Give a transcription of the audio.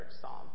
Psalm